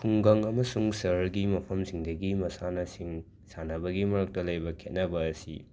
ꯈꯨꯡꯒꯪ ꯑꯃꯁꯨꯡ ꯁꯍꯔꯒꯤ ꯃꯐꯝꯁꯤꯡꯗꯒꯤ ꯃꯁꯥꯟꯅꯁꯤꯡ ꯁꯥꯟꯅꯕꯒꯤ ꯃꯔꯛꯇ ꯂꯩꯕ ꯈꯦꯠꯅꯕ ꯑꯁꯤ